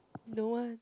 no ah